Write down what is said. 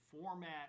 format